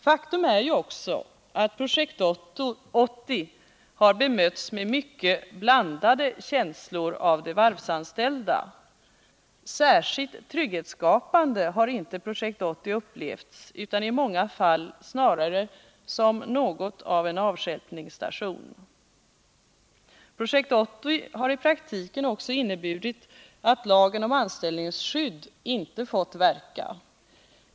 Faktum är ju också att Projekt 80 har bemötts med mycket blandade känslor av de varvsanställda. Som särskilt trygghetsskapande har inte Projekt 80 upplevts, utan i många fall snarare som något av en avstjälpningsstation. Projekt 80 har i praktiken också inneburit att lagen om anställningsskydd inte fått verka.